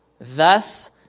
Thus